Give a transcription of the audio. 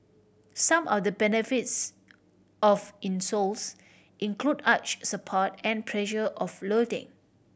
some or the benefits of insoles include arch support and pressure offloading